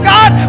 God